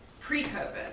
pre-COVID